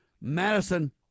Madison